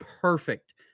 perfect